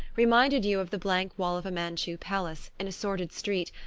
reminded you of the blank wall of a manchu palace, in a sordid street,